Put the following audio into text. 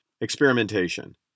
Experimentation